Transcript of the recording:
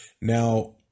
Now